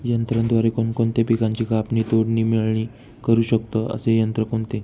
यंत्राद्वारे कोणकोणत्या पिकांची कापणी, तोडणी, मळणी करु शकतो, असे यंत्र कोणते?